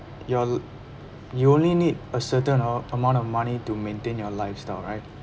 your you only need a certain o~ amount of money to maintain your lifestyle right